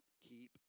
keep